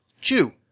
Chew